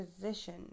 position